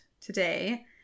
today